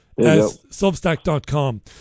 substack.com